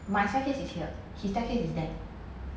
my staircase is here his staircase is there